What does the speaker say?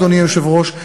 אדוני היושב-ראש,